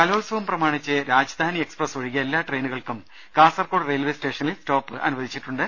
കലോത്സവം പ്രമാണിച്ച് രാജധാനി എക്സ്പ്രസ് ഒഴികെ എല്ലാ ട്രെയിനുകൾക്കും കാസർകോട് റെയിൽവെസ്റ്റേഷനിൽ സ്റ്റോപ് അനു വദിച്ചിട്ടുണ്ട്